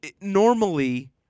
normally